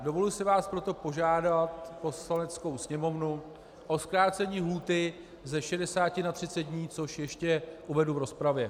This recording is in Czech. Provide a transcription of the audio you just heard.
Dovoluji si vás proto požádat, Poslaneckou sněmovnu, o zkrácení lhůty ze 60 na 30 dní, což ještě uvedu v rozpravě.